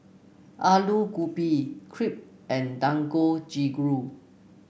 Alu Gobi Crepe and Dangojiru